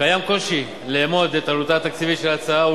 קיים קושי לאמוד את עלותה התקציבית של ההצעה,